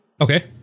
Okay